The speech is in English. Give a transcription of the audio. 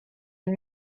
and